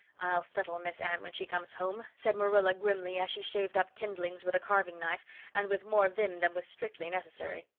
i'll settle miss anne when she comes home, said marilla grimly, as she shaved up kindlings with a carving knife and with more vim than was strictly necessary.